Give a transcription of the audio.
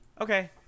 okay